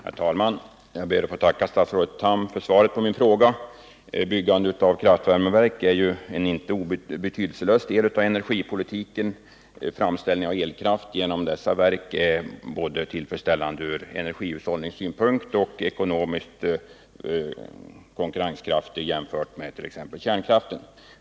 Herr talman! Jag ber att få tacka statsrådet Tham för svaret på min fråga. Byggande av kraftvärmeverk är en inte betydelselös del av energipolitiken. Att framställa elkraft på detta sätt är tillfredsställande både ur energihushållningssynpunkt och ur ekonomisk synpunkt om man jämför med t.ex. el från kärnkraft.